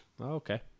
Okay